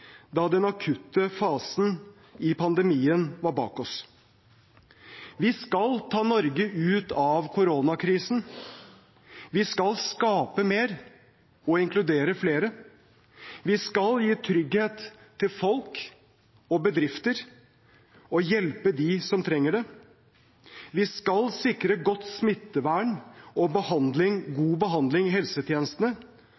da den akutte fasen i pandemien var bak oss: Vi skal ta Norge ut av koronakrisen. Vi skal skape mer og inkludere flere. Vi skal gi trygghet til folk og bedrifter og hjelpe dem som trenger det. Vi skal sikre godt smittevern og god behandling